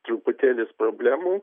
truputėlis problemų